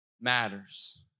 matters